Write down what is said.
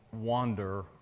wander